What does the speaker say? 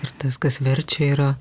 ir tas kas verčia yra